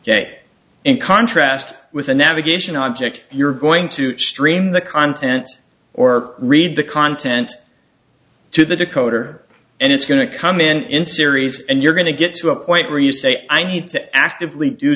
in contrast with a navigation object you're going to stream the content or read the content to the decoder and it's going to come in in series and you're going to get to a point where you say i need to actively do